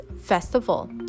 festival